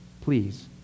Please